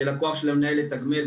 של הכוח של המנהל לתגמל,